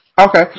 Okay